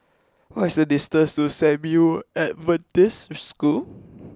what is the distance to San Yu Adventist School